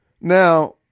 Now